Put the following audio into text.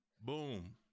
boom